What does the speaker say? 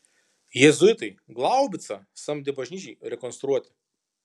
jėzuitai glaubicą samdė bažnyčiai rekonstruoti